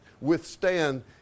withstand